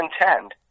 intend